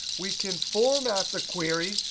we can format the query,